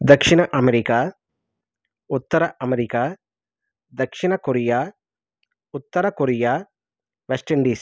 దక్షిణ అమెరికా ఉత్తర అమెరికా దక్షిణ కొరియా ఉత్తర కొరియా వెస్ట్ ఇండీస్